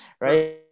right